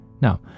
Now